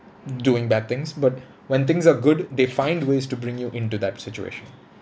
doing bad things but when things are good they find ways to bring you into that situation